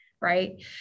Right